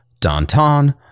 Danton